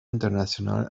internacional